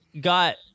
got